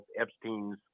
Epstein's